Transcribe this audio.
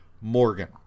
Morgan